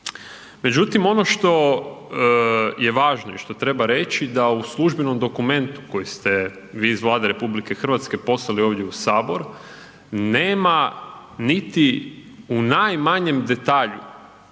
Međutim, ono što je važno i što treba reći da u službenom dokumentu koji ste vi iz Vlade Republike Hrvatske poslali ovdje u Sabor nema niti u najmanjem detalju